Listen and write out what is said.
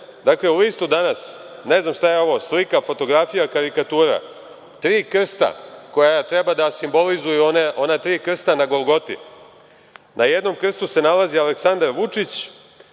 Dakle, u listu „Danas“, ne znam šta je ovo slika, fotografija, karikatura, tri krsta koja treba da simbolizuju ona tri krsta na Golgoti, na jednom krstu se nalazi Aleksandar Vučić,